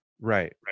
right